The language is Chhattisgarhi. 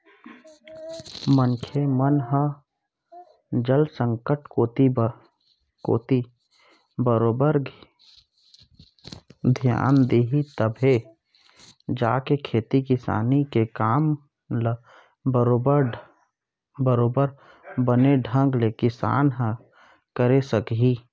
मनखे मन ह जल संकट कोती बरोबर धियान दिही तभे जाके खेती किसानी के काम ल बरोबर बने ढंग ले किसान ह करे सकही